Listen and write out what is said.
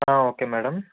okay madam